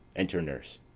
enter nurse.